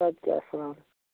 اَدٕ کیٛاہ اَسَلام